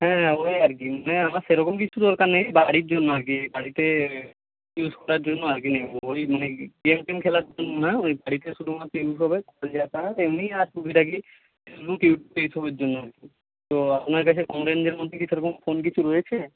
হ্যাঁ ওই আর কি মানে আমার সেরকম কিছু দরকার নেই বাড়ির জন্য আর কি বাড়িতে ইউজ করার জন্য আর কি নেব ওই মানে গেম টেম খেলার জন্য না ওই বাড়িতে শুধুমাত্র ইউজ হবে কল যাতায়াত এমনি আর টুকিটাকি শুধু এইসবের জন্য আর কি তো আপনার কাছে কম রেঞ্জের মধ্যে কি সেরকম ফোন কিছু রয়েছে